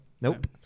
Nope